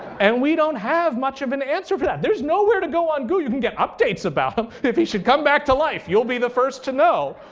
and we don't have much of an answer for that. there's nowhere to go on google you can get updates about him. if he should come back to life, you'll be the first to know.